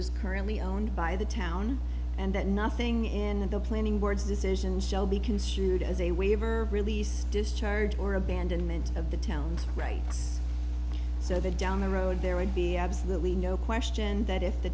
is currently owned by the town and that nothing in the planning board's decision shall be construed as a waiver release discharge or abandonment of the town's rights so that down the road there would be absolutely no question that if the